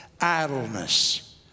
idleness